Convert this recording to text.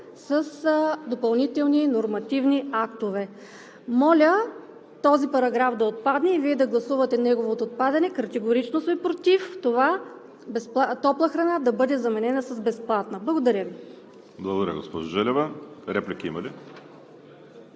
с допълнителни нормативни актове. Моля този параграф да отпадне и Вие да гласувате неговото отпадане. Категорично сме против това „топла храна“ да бъде заменено с „безплатна“. Благодаря Ви.